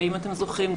אם אתם זוכרים,